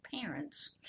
parents